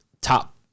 top